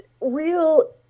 real